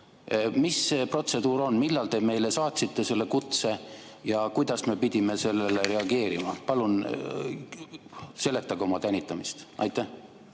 Mis see protseduur on? Millal te meile saatsite selle kutse ja kuidas me pidime sellele reageerima? Palun seletage oma tänitamist. Aitäh!